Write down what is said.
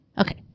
Okay